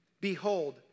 Behold